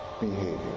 behavior